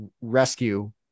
rescue